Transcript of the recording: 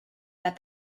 that